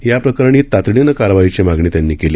याप्रकरणी तातडीनं कारवाईची मागणी त्यांनी केली